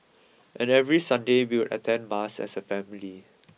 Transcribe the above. and every Sunday we'll attend mass as a family